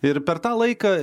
ir per tą laiką